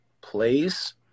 plays